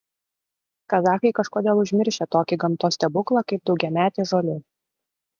kazachai kažkodėl užmiršę tokį gamtos stebuklą kaip daugiametė žolė